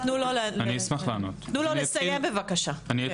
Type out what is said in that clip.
תנו לו לסיים בבקשה.